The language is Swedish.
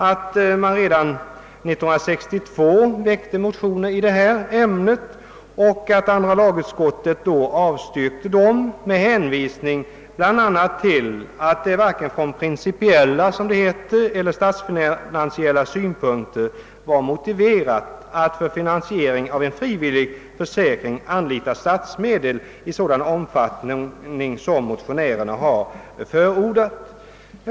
Redan 1962 väcktes det motioner i detta ämne och andra lagutskottet avstyrkte dessa »med hänvisning bl.a. till att det från varken principiella eller statsfinansiella synpunkter var motiverat att för finansiering av en frivillig försäkring anlita statsmedel i sådan omfattning som motionärerna förordat».